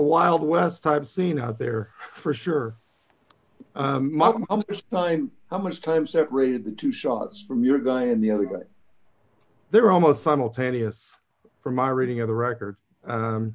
wild west type scene out there for sure my spine how much time separated the two shots from your guy and the other way they're almost simultaneous from my reading of the record